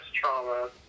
trauma